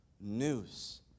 news